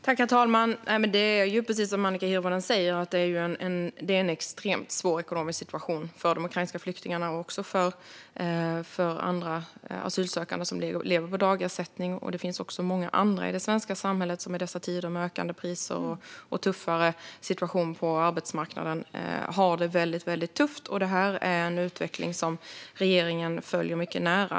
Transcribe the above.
Herr talman! Det är precis som Annika Hirvonen säger: Det är en extremt svår ekonomisk situation för de ukrainska flyktingarna, och också för andra asylsökande som lever på dagersättning. Det finns även många andra i det svenska samhället som i dessa tider med ökande priser och tuffare situation på arbetsmarknaden har det väldigt tufft. Detta är en utveckling som regeringen följer mycket nära.